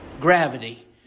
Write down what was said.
gravity